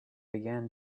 began